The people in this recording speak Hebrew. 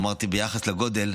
אמרתי, ביחס לגודל,